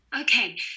Okay